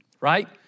Right